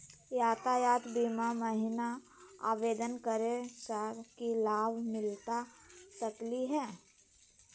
यातायात बीमा महिना आवेदन करै स की लाभ मिलता सकली हे?